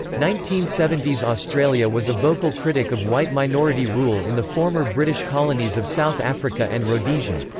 nineteen seventy s australia was a vocal critic of white-minority rule in the former british colonies of south africa and rhodesia.